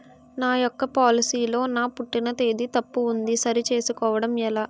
నా యెక్క పోలసీ లో నా పుట్టిన తేదీ తప్పు ఉంది సరి చేసుకోవడం ఎలా?